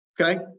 okay